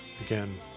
again